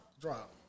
Drop